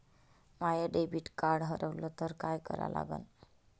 माय credit card हारवलं तर काय करा लागन?